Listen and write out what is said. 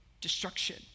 destruction